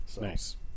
Nice